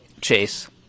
Chase